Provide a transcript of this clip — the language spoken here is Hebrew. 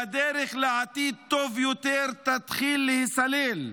והדרך לעתיד טוב יותר תתחיל להיסלל.